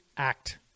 act